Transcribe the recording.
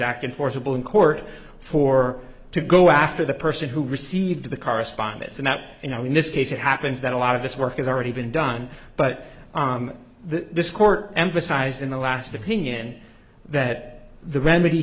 enforceable in court for to go after the person who received the correspondence and that you know in this case it happens that a lot of this work has already been done but this court emphasized in the last opinion that the remedy